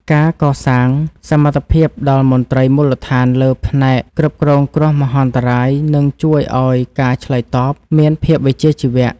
ការកសាងសមត្ថភាពដល់មន្ត្រីមូលដ្ឋានលើផ្នែកគ្រប់គ្រងគ្រោះមហន្តរាយនឹងជួយឱ្យការឆ្លើយតបមានភាពវិជ្ជាជីវៈ។